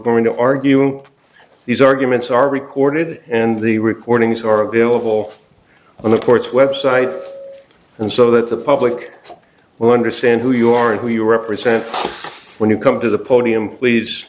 going to argue these arguments are recorded and the recordings are available on the court's website and so that the public will understand who you are and who you represent when you come to the podium plea